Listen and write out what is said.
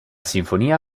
sinfonia